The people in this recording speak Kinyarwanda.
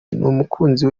n’umukunzi